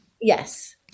Yes